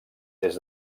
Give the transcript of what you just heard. des